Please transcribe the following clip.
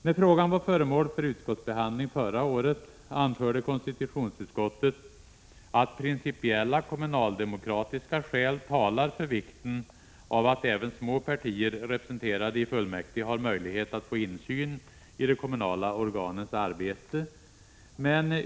När frågan var föremål för utskottsbehandling förra året anförde konstitutionsutskottet att principiella kommunaldemokratiska skäl talar för vikten av att även små partier representerade i fullmäktige har möjlighet att få insyn i de kommunala organens arbete.